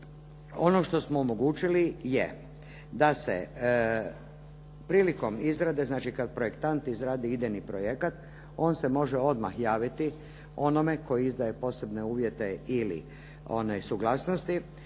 ono što smo omogućili je da se prilikom izrade kad projektant izradi idejni projekat on se može odmah javiti onome koji izdaje posebne uvjete i suglasnosti